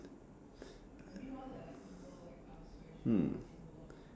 hmm